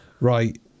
Right